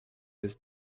his